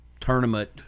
tournament